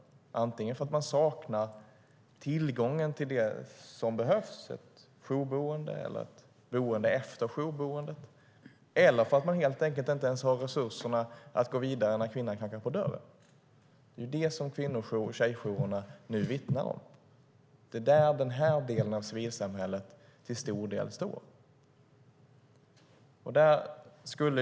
Det kan vara för att man saknar tillgång till det som behövs - ett jourboende eller boende efter jourboendet - eller för att man helt enkelt inte ens har resurserna att gå vidare när kvinnan knackar på dörren. Det är det som kvinno och tjejjourerna nu vittnar om. Det är där denna del av civilsamhället till stor del står.